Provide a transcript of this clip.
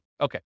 Okay